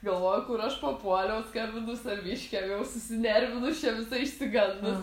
galvoju kur aš papuoliau skambinu saviškiam jau susinervinus čia visa išsigandus